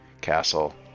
castle